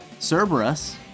Cerberus